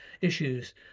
issues